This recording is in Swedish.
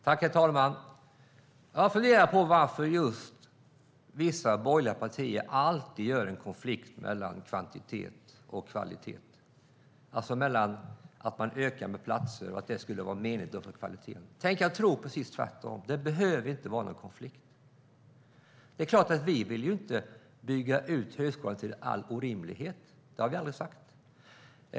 Herr talman! Jag funderar på varför just vissa borgerliga partier alltid ser en konflikt mellan kvantitet och kvalitet, alltså att en ökning av antalet platser skulle vara menligt för kvaliteten. Jag tror precis tvärtom! Det behöver inte vara någon konflikt. Det är klart att vi inte vill bygga ut högskolan till all orimlighet. Det har vi aldrig sagt.